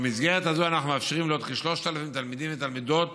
במסגרת הזו אנו מאפשרים לעוד כ-3,000 תלמידים ותלמידות